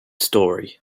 story